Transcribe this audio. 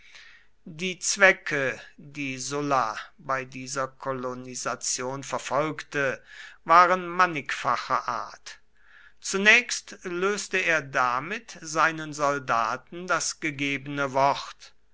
die zwecke die sulla bei dieser kolonisation verfolgte waren mannigfacher art zunächst löste er damit seinen soldaten das gegebene wort